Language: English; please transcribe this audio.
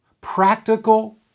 practical